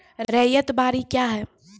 रैयत बाड़ी क्या हैं?